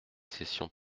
cessions